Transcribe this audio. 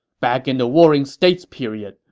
back in the warring states period,